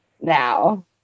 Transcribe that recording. now